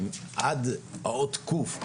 עד האות ק'.